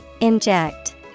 Inject